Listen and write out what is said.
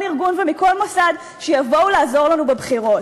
ארגון ומכל מוסד שיבואו לעזור לנו בבחירות.